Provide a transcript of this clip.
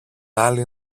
άλλη